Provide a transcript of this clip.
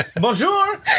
Bonjour